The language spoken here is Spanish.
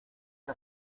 que